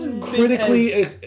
critically